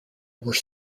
were